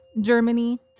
Germany